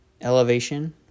elevation